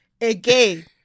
again